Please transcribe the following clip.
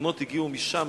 התלונות הגיעו משם,